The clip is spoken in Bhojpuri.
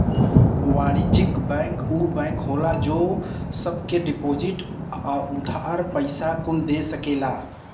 वाणिज्य बैंक ऊ बैंक होला जे सब के डिपोसिट, उधार, पइसा कुल दे सकेला